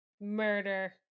murder